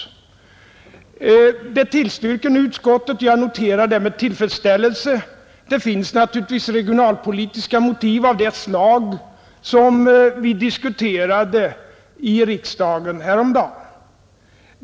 Utskottet tillstyrker den lokaliseringen, och jag noterar detta med tillfredsställelse. Det finns naturligtvis regionalpolitiska motiv av det slag som vi diskuterade i riksdagen häromdagen.